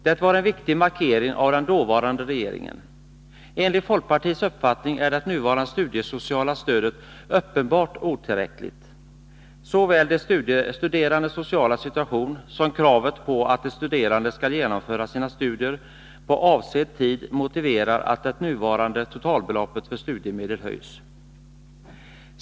Det var en viktig markering av den dåvarande regeringen. Enligt folkpartiets uppfattning är det nuvarande studiesociala stödet uppenbart otillräckligt. Såväl de studerandes sociala situation som kravet på att de studerande skall genomföra sina studier på avsedd tid motiverar att det nuvarande totalbeloppet för studiemedel höjs.